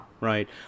right